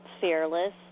fearless